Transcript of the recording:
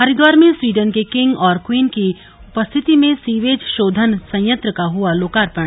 हरिद्वार में स्वीडन के किंग और क्वीन की उपस्थिति में सीवेज शोधन संयंत्र का हुआ लोकार्पण